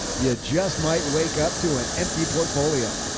yeah just might wake up to an empty portfolio.